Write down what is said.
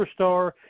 superstar